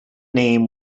name